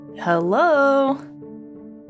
Hello